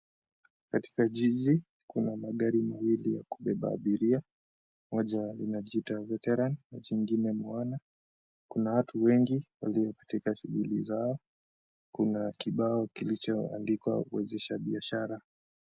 Katika jiji, kuna magari mawili ya kubeba abiria, moja linajiita weteran, nachingine muwana. Kuna watu wengi, walio katika shughuli zao. Kuna kibao, kilichoandikwa waanzisha biashara.